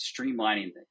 streamlining